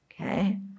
Okay